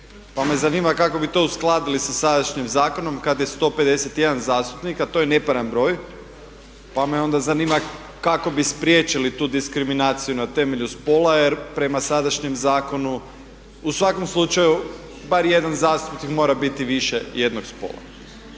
Pa me zanima kako bi to uskladili sa sadašnjim zakonom kad je 151 zastupnik a to je neparan broj, pa me onda zanima kako bi spriječili tu diskriminaciju na temelju spola? Jer prema sadašnjem zakonu u svakom slučaju bar jedan zastupnik mora biti više jednog spola.